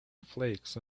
flakes